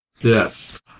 Yes